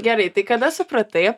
gerai tai kada supratai